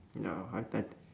ya I bet